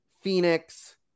Phoenix